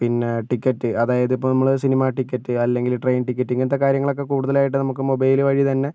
പിന്നെ ടിക്കറ്റ് അതായത് ഇപ്പം നമ്മള് സിനിമാ ടിക്കറ്റ് അല്ലെങ്കില് ട്രയിൻ ടിക്കറ്റ് ഇങ്ങനത്തെ കാര്യങ്ങളൊക്കെ കൂടുതലായിട്ട് നമുക്ക് മൊബൈല് വഴി തന്നെ